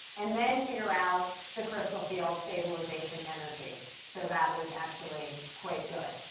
and then figure out the crystal field stabilization energy. so that was actually quite good.